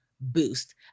boost